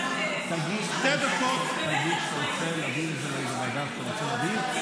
--- תגיד שאתה רוצה להעביר את זה לאיזו ועדה שאתה רוצה להעביר,